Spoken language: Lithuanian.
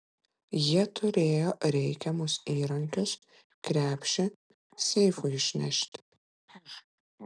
jie turėjo reikiamus įrankius krepšį seifui išnešti